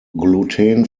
gluten